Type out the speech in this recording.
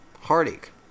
Heartache